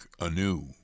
anew